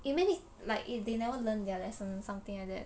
you mean i~ like if they never learn their lesson something like that